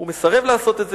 הוא מסרב לעשות את זה.